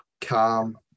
calm